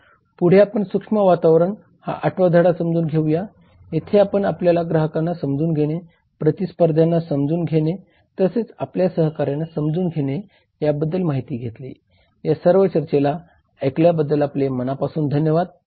पुढे आपण सूक्ष्म वातावरण हा 8 वा धडा समजून घेऊया येथे आपण आपल्या ग्राहकांना समजून घेणे प्रतिस्पर्ध्यांना समजून घेणे तसेच आपल्या सहकार्यांना समजून घेणे या बद्दल माहिती घेतली या सर्व चर्चेला एकल्याबद्दल आपले मनापासून धन्यवाद